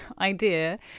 idea